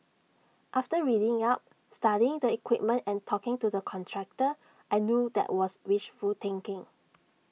after reading up studying the equipment and talking to the contractor I knew that was wishful thinking